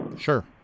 Sure